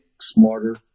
smarter